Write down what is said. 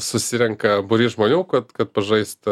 susirenka būrys žmonių kad kad pažaist